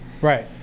Right